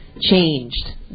changed